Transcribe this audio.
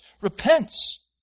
repents